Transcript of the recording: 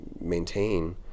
maintain